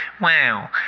Wow